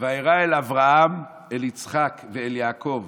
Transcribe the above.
"וארא אל אברהם אל יצחק ואל יעקב